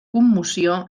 commoció